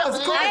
אה, אז --- רגע.